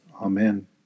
Amen